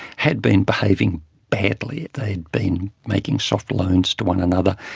had been behaving badly. they had been making soft loans to one another,